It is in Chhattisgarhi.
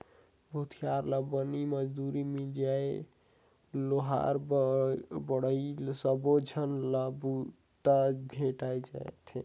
भूथियार ला बनी मजदूरी मिल जाय लोहार बड़हई सबो झन ला बूता भेंटाय जाथे